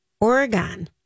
Oregon